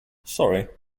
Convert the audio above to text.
sorry